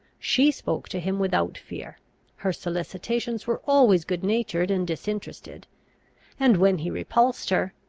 she spoke to him without fear her solicitations were always good-natured and disinterested and when he repulsed her,